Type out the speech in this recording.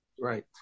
Right